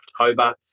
October